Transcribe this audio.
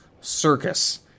circus